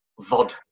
Vod